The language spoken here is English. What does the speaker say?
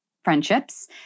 Friendships